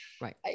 Right